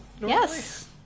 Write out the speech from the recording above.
Yes